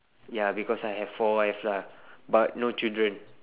ya because I have four wife lah but no children